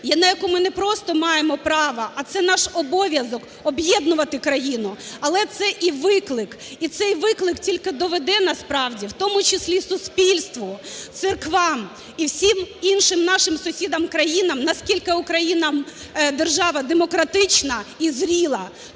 на яку ми не просто маємо право, а це наш обов'язок об'єднувати країну. Але це і виклик, і цей виклик тільки доведе, насправді, в тому числі суспільству, церквам і всім інших нашим сусідам-країнам, наскільки Україна - держава демократична і зріла.